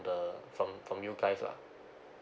the from from you guys lah